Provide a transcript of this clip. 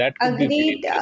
Agreed